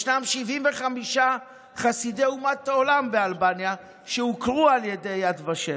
ישנם 75 חסידי אומות העולם באלבניה שהוכרו על ידי יד ושם.